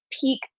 peak